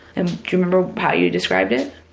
and do you remember how you described it?